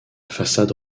façade